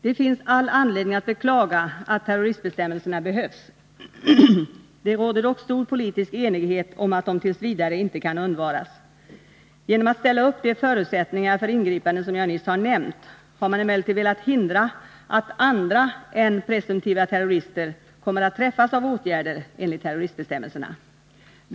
Det finns all anledning att beklaga att terroristbestämmelserna behövs. Det råder dock stor politisk enighet om att det. v. inte kan undvaras. Genom att ställa upp de förutsättningar för ingripande som jag nyss har nämnt har man emellertid velat hindra att andra än presumtiva terrorister kommer att träffas av åtgärder enligt terroristbestämmelserna.